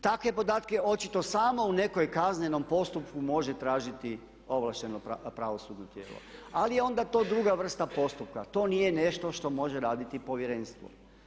Takve podatke očito samo u nekom kaznenom postupku može tražiti ovlašteno pravosudno tijelo, ali je onda to druga vrsta postupka, to nije nešto što može raditi Povjerenstvo.